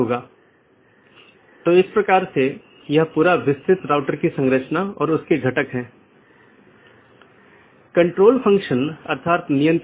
हालाँकि एक multi home AS को इस प्रकार कॉन्फ़िगर किया जाता है कि यह ट्रैफिक को आगे न बढ़ाए और पारगमन ट्रैफिक को आगे संचारित न करे